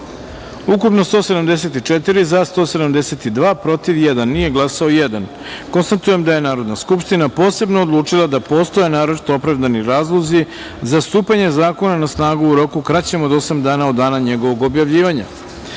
ukupno – 174, za – 172, protiv – jedan, nije glasao – jedan. Konstatujem da je Narodna skupština posebno odlučila da postoje naročito opravdani razlozi za stupanje zakona na snagu u roku kraćem od osam dana od dana njegovog objavljivanja. Stavljam